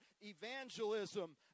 evangelism